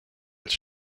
als